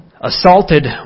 Assaulted